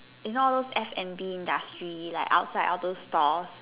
in all those F&B industries like outside all those stalls